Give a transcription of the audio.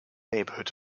neighborhood